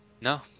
No